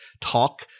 talk